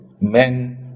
men